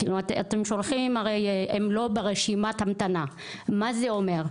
אתם שולחים, הם לא ברשימת המתנה, מה זה אומר?